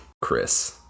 Chris